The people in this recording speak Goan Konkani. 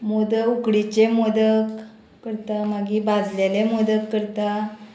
मोदक उकडीचे मोदक करता मागीर भाजलेले मोदक करता